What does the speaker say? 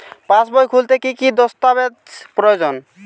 পাসবই খুলতে কি কি দস্তাবেজ প্রয়োজন?